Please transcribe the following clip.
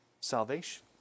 salvation